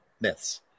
myths